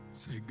say